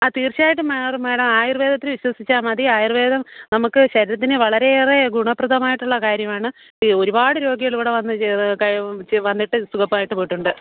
ആ തീർച്ചയായിട്ടും മാറും മേടം ആയുർവേദത്തിൽ വിശ്വസിച്ചാൽ മതി ആയുർവേദം നമുക്ക് ശരീരത്തിന് വളരെയേറെ ഗുണപ്രദമായിട്ടുള്ള കാര്യമാണ് ഒരുപാട് രോഗികൾ ഇവിടെ വന്ന് ചെ കഴിവ് ചെ വന്നിട്ട് സുഖമായിട്ട് പോയിട്ടുണ്ട്